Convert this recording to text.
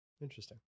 interesting